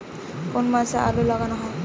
কোন মাসে আলু লাগানো হয়?